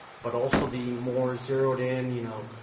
but also the more zeroed in, you know